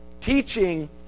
teaching